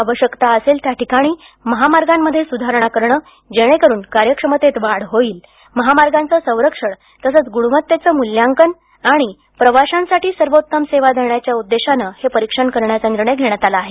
आवश्यकता असेल त्याठिकाणी महामार्गामध्ये सुधारणा करणं जेणेकरुन कार्यक्षमतेत वाढ होईल महामार्गंचं संरक्षण तसंच गुणवत्तेचं मूल्यांकन आणि प्रवाशांसाठी सर्वोत्तम सेवा देण्याच्या उद्देशानं हे परिक्षण करण्याचा निर्णय घेण्यात आला आहे